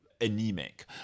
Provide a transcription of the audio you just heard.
anemic